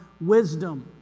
wisdom